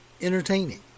entertaining